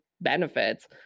benefits